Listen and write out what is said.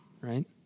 right